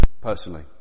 Personally